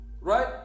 right